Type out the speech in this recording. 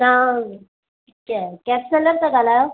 तव्हां कैब चालक था ॻाल्हायो